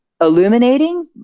illuminating